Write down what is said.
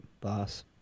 boss